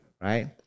Right